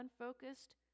unfocused